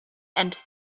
and